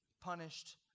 punished